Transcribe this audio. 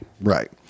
right